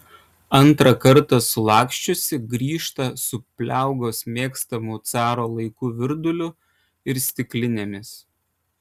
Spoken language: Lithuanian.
antrą kartą sulaksčiusi grįžta su pliaugos mėgstamu caro laikų virduliu ir stiklinėmis